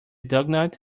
doughnut